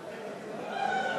נתקבלה.